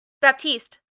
Baptiste